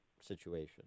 situation